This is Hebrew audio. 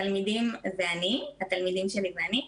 התלמידים שלי ואני.